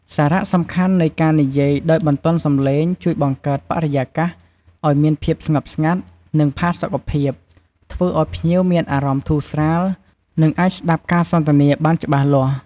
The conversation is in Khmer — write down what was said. សារៈសំខាន់នៃការនិយាយដោយបន្ទន់សំឡេងជួយបង្កើតបរិយាកាសឲ្យមានភាពស្ងប់ស្ងាត់ និងផាសុកភាព ធ្វើឲ្យភ្ញៀវមានអារម្មណ៍ធូរស្រាល និងអាចស្តាប់ការសន្ទនាបានច្បាស់លាស់។